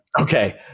Okay